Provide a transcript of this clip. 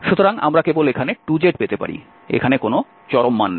সুতরাং আমরা কেবল এখানে 2z পেতে পারি এখন কোন চরম মান নেই